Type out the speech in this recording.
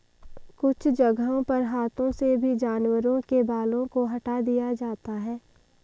कुछ जगहों पर हाथों से भी जानवरों के बालों को हटा दिया जाता है